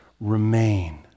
remain